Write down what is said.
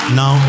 now